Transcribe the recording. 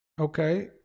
Okay